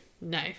no